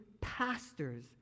pastors